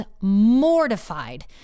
mortified